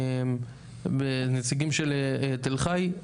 נציגים של תל חי.